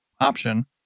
option